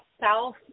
south